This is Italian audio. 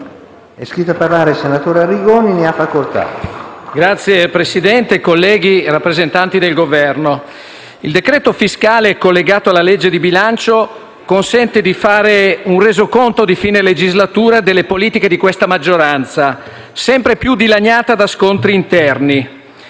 "Il link apre una nuova finestra") *(LN-Aut)*. Signor Presidente, colleghi, rappresentanti del Governo, il decreto fiscale collegato alla legge di bilancio consente di fare un resoconto di fine legislatura delle politiche di questa maggioranza, sempre più dilaniata da scontri interni.